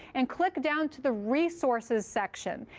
and click down to the resources section.